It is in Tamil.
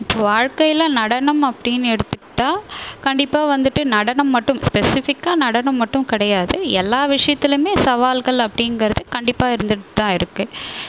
இப்போது வாழ்க்கையில் நடனம் அப்படினு எடுத்துக்கிட்டால் கண்டிப்பாக வந்துட்டு நடனம் மட்டும் ஸ்பெசிஃபிக்காக நடனம் மட்டும் கிடையாது எல்லா விஷயத்திலுமே சவால்கள் அப்படிங்கறது கண்டிப்பாக இருந்துகிட்டு தான் இருக்குது